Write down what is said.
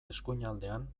eskuinaldean